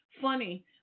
funny